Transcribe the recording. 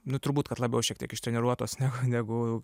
nu turbūt kad labiau šiek tiek ištreniruotos negu negu